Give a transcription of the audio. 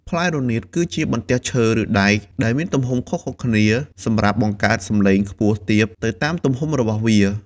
ផ្លែរនាតគឺជាបន្ទះឈើឬដែកដែលមានទំហំខុសៗគ្នាសម្រាប់បង្កើតសំឡេងខ្ពស់ទាបទៅតាមទំហំរបស់វា។